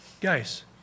guys